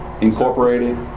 Incorporated